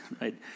right